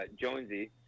Jonesy